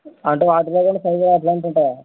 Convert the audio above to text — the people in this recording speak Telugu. అంటే వాటి దగ్గర మీ పనిలో అడ్వాన్స్ ఉంటాద